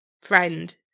friend